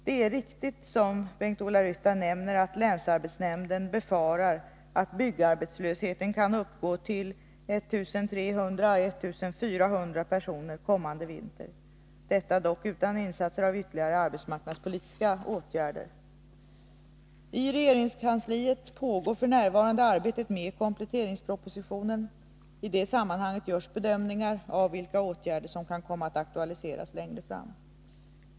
Det är riktigt, som Bengt-Ola Ryttar nämner, att länsarbetsnämnden befarar att byggarbetslösheten kan uppgå till 1 300-1 400 personer kommande vinter — detta dock utan insatser av ytterligare arbetsmarknadspolitiska åtgärder. I regeringskansliet pågår f. n. arbetet med kompletteringspropositionen. I det sammanhanget görs bedömningar av vilka åtgärder som kan komma att aktualiseras längre fram.